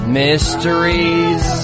mysteries